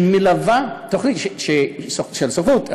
תוכנית של הסוכנות.